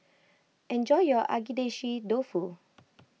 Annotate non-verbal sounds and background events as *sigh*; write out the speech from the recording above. enjoy your Agedashi Dofu *noise*